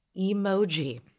emoji